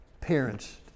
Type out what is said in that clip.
parents